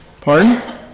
Pardon